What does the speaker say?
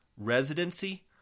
residency